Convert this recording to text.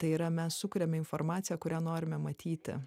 tai yra mes sukuriame informaciją kurią norime matyti